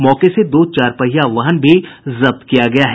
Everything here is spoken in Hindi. मौके से दो चरपहिया वाहन भी जब्त किया गया है